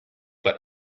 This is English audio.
but